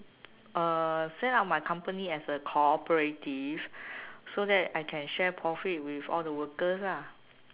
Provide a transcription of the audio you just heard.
uh set up my company as a cooperative so that I can share profit with all the workers ah